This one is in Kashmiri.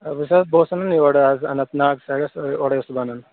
أسۍ حظ بہٕ اوسُس انان یورٕ حظ اننت ناگ سایڈَس اورے اوسُس بہٕ انان